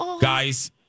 guys